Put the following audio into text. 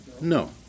No